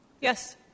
Yes